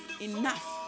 enough